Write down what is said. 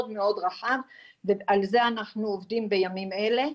מאוד רחב ועל זה אנחנו עובדים בימים אלו.